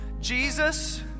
Jesus